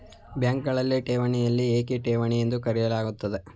ಬ್ಯಾಂಕುಗಳಲ್ಲಿನ ಠೇವಣಿಗಳನ್ನು ಏಕೆ ಠೇವಣಿ ಎಂದು ಕರೆಯಲಾಗುತ್ತದೆ?